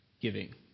giving